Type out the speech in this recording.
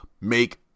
make